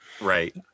Right